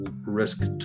risk